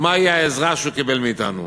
מהי העזרה שהוא קיבל מאתנו.